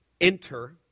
enter